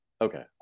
Okay